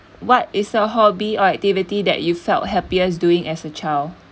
what is a hobby or activity that you felt happiest doing as a child